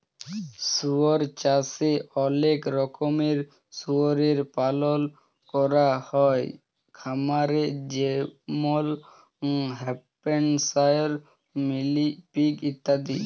শুয়র চাষে অলেক রকমের শুয়রের পালল ক্যরা হ্যয় খামারে যেমল হ্যাম্পশায়ার, মিলি পিগ ইত্যাদি